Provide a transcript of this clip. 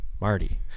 Marty